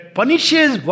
punishes